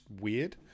weird